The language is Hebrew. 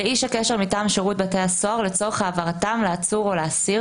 לאיש הקשר מטעם שירות בתי הסוהר לצורך העברתם לעצור או לאסיר